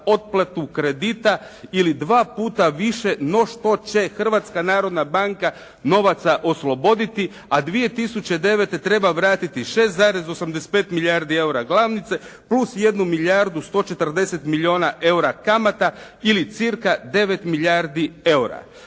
Hrvatska narodna banka novaca osloboditi a 2009. treba vratiti 6,85 milijardi eura glavnice plus 1 milijardu 140 milijuna eura kamata, ili cca. 9 milijardi eura.